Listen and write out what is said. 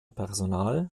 personal